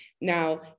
Now